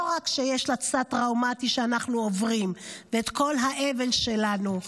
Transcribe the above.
לא רק שיש לה צד טראומטי שאנחנו עוברים ואת כל האבל שלנו,